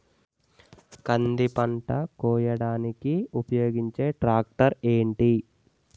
కంది పంట కోయడానికి ఉపయోగించే ట్రాక్టర్ ఏంటి?